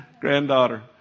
Granddaughter